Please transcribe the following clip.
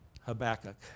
Habakkuk